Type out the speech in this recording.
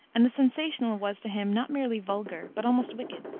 and the sensational was to him not merely vulgar, but almost wicked.